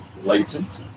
latent